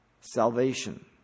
salvation